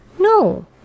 No